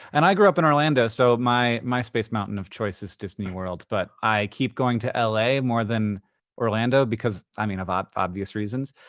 and i grew up in orlando, so my my space mountain of choice is disney world. but i keep going to ah la more than orlando because, i mean, of obvious reasons.